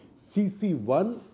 CC1